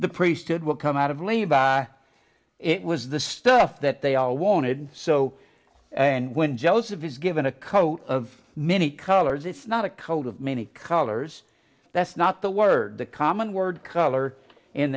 the priesthood will come out of leave it was the stuff that they all wanted so when joseph is given a coat of many colors it's not a coat of many colors that's not the word the common word color